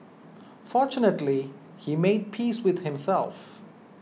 fortunately he made peace with himself